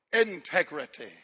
integrity